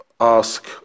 ask